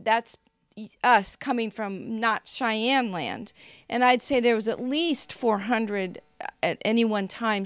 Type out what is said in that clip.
that's coming from not shy am land and i'd say there was at least four hundred at any one time